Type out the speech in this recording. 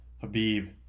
Habib